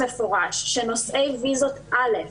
שנושאי ויזות א',